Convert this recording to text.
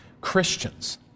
Christians